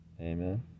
Amen